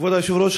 כבוד היושב-ראש,